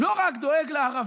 הוא לא דואג רק לערבים,